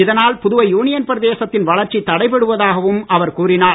இதனால் புதுவை யுனியன் பிரதேசத்தின் வளர்ச்சி தடைபடுவதாகவும் அவர் கூறினார்